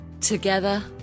Together